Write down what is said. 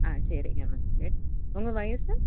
ஆ சரிங்க ma'am okay உங்கள் வயது